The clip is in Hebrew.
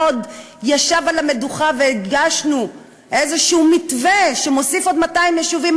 עוד ישב על המדוכה והגשנו איזה מתווה שמוסיף 200 יישובים?